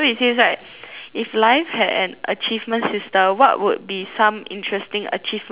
if life had an achievement system what would be some interesting achievements to get